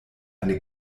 eine